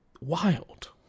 Wild